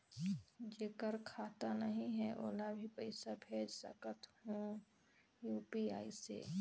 जेकर खाता नहीं है ओला भी पइसा भेज सकत हो यू.पी.आई से?